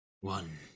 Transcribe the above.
One